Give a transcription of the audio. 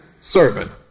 Servant